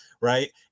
right